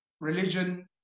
religion